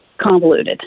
convoluted